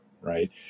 right